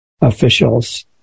officials